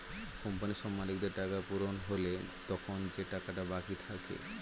কোম্পানির সব মালিকদের টাকা পূরণ হলে তখন যে টাকাটা বাকি থাকে